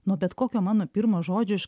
nuo bet kokio mano pirmo žodžio iš